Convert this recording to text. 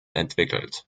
entwickelt